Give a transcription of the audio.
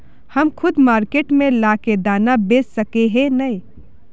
हम खुद मार्केट में ला के दाना बेच सके है नय?